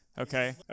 Okay